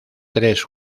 tres